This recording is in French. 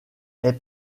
est